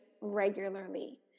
regularly